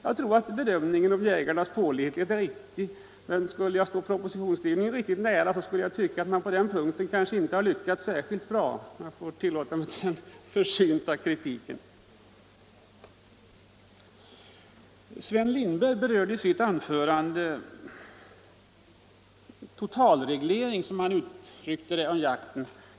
Jag tror att denna bedömning av jägarnas pålitlighet är riktig, men jag tycker ändå att propositionsskrivarna på den punkten inte har lyckats särskilt bra — om jag får tillåta mig den försynta kritiken. Herr Lindberg talade i sitt anförande om total reglering av jakten, som han uttryckte sig.